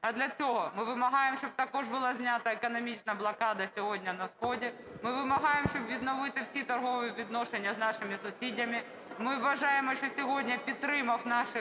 а для цього ми вимагаємо, щоб також була знята економічна блокада сьогодні на сході. Ми вимагаємо, щоб відновити всі торгові відношення з нашими сусідами. Ми вважаємо, що сьогодні, підтримавши нашу